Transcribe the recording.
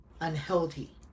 unhealthy